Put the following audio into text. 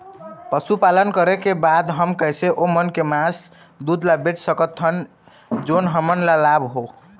पशुपालन करें के बाद हम कैसे ओमन के मास, दूध ला बेच सकत हन जोन हमन ला लाभ हो?